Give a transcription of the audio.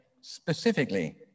specifically